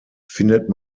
findet